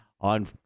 on